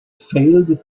failed